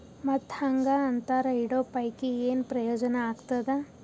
ಮತ್ತ್ ಹಾಂಗಾ ಅಂತರ ಇಡೋ ಪೈಕಿ, ಏನ್ ಪ್ರಯೋಜನ ಆಗ್ತಾದ?